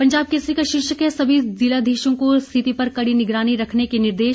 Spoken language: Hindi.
पंजाब केसरी का शीर्षक हे सभी जिलाधीशों को स्थिति पर कड़ी निगरानी रखने के निर्देश